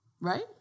Right